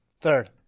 Third